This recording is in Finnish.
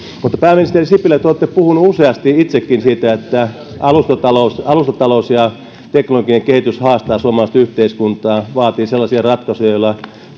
mutta pääministeri sipilä te olette puhunut useasti itsekin siitä että alustatalous alustatalous ja teknologinen kehitys haastavat suomalaista yhteiskuntaa ja vaativat sellaisia ratkaisuja joilla